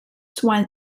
swan